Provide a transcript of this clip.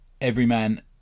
everyman